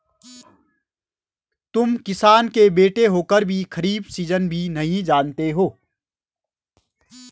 तुम किसान के बेटे होकर भी खरीफ सीजन भी नहीं जानते